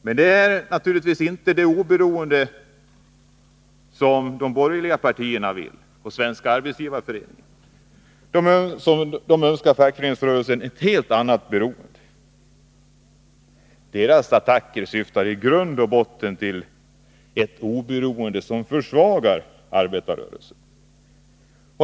Det här är naturligtvis inget oberoende av det slag som borgerliga partier och Svenska arbetsgivareföreningen önskar för fackföreningsrörelsen. Dessa vill ju ha ett helt annat oberoende när det gäller fackföreningsrörelsen. Deras attacker syftar i grund och botten till ett oberoende som försvagar arbetarrörelsen.